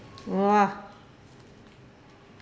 !wah!